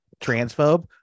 transphobe